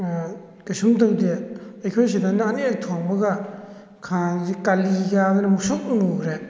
ꯀꯩꯁꯨꯝ ꯇꯧꯗꯦ ꯑꯩꯈꯣꯏ ꯁꯤꯗꯅ ꯑꯅꯤꯔꯛ ꯊꯣꯡꯕꯒ ꯈꯥꯡꯁꯦ ꯀꯥꯂꯤ ꯀꯥꯗꯅ ꯃꯨꯁꯨꯛ ꯃꯨꯈ꯭ꯔꯦ